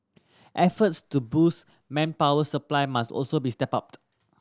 efforts to boost manpower supply must also be stepped up